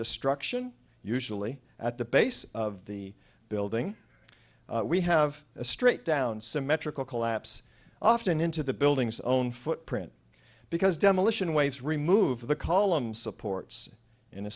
destruction usually at the base of the building we have a straight down symmetrical collapse often into the building's own footprint because demolition waves remove the columns supports in a